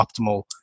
optimal